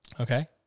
Okay